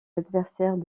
adversaires